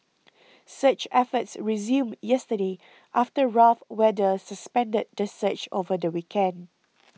search efforts resumed yesterday after rough weather suspended the search over the weekend